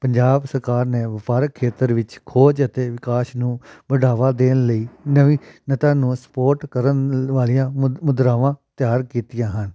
ਪੰਜਾਬ ਸਰਕਾਰ ਨੇ ਵਪਾਰਕ ਖੇਤਰ ਵਿੱਚ ਖੋਜ ਅਤੇ ਵਿਕਾਸ ਨੂੰ ਵਡਾਵਾ ਦੇਣ ਲਈ ਨਵੀਨਤਾ ਨੂੰ ਸਪੋਰਟ ਕਰਨ ਵਾਲੀਆਂ ਮੁ ਮੁਦਰਾਵਾਂ ਤਿਆਰ ਕੀਤੀਆਂ ਹਨ